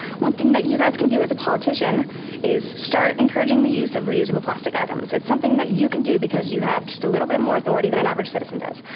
one thing that you guys can do as a politician is start encouraging the use of reusable plastic items. it's something that you can do because you have just a little bit more authority than an average citizen does.